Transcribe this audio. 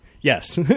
Yes